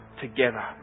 together